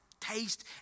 Taste